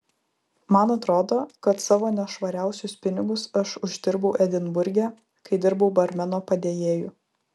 man atrodo kad savo nešvariausius pinigus aš uždirbau edinburge kai dirbau barmeno padėjėju